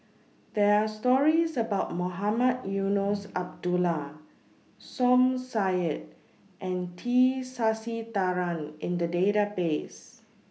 There Are stories about Mohamed Eunos Abdullah Som Said and T Sasitharan in The Database